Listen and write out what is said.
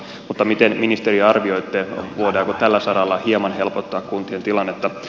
mutta miten ministeri arvioitte voidaanko tällä saralla hieman helpottaa kuntien tilannetta